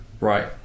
Right